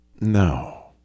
No